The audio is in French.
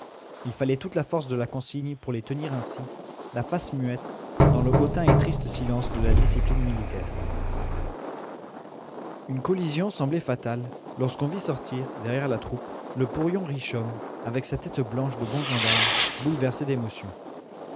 il fallait toute la force de la consigne pour les tenir ainsi la face muette dans le hautain et triste silence de la discipline militaire une collision semblait fatale lorsqu'on vit sortir derrière la troupe le porion richomme avec sa tête blanche de bon gendarme bouleversée d'émotion